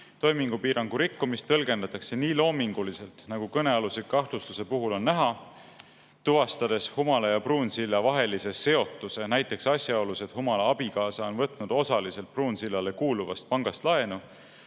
toimingupiirangu rikkumist tõlgendatakse nii loominguliselt, nagu kõnealuse kahtlustuse puhul on näha – Humala ja Pruunsilla vaheline seos [ilmnevat] näiteks asjaolus, et Humala abikaasa on võtnud osaliselt Pruunsillale kuuluvast pangast laenu